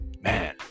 man